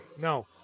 No